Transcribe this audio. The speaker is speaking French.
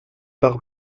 par